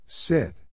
Sit